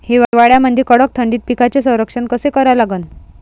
हिवाळ्यामंदी कडक थंडीत पिकाचे संरक्षण कसे करा लागन?